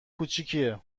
کوچیکیه